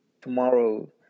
tomorrow